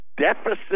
deficit